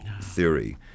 theory